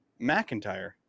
mcintyre